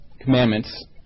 commandments